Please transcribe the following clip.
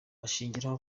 ashingiraho